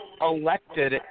elected